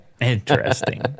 Interesting